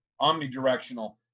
omnidirectional